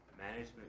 management